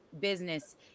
business